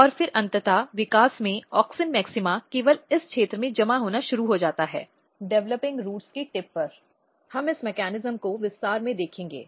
और फिर अंततः विकास में ऑक्सिन मैक्सिमा केवल इस क्षेत्र में जमा होना शुरू हो जाता है विकासशील रूट्स की टिप हम इस मेकॅनिज्म को विस्तार में देखेंगे